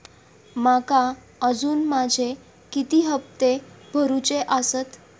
माका अजून माझे किती हप्ते भरूचे आसत?